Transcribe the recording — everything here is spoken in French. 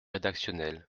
rédactionnels